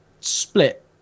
split